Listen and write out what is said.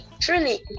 truly